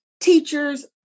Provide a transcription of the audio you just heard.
teachers